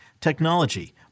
technology